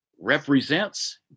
represents